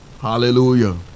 Hallelujah